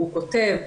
הוא כותב: